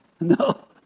No